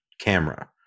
camera